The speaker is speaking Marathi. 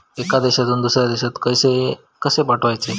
एका देशातून दुसऱ्या देशात पैसे कशे पाठवचे?